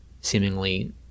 seemingly